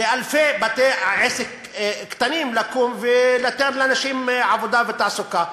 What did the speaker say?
לאלפי בתי-עסק קטנים לקום ולתת לאנשים עבודה ותעסוקה.